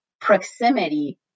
proximity